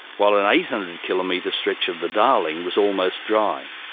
while an eight hundred kilometre stretch of the darling was almost dry.